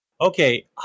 okay